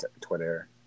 twitter